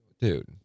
Dude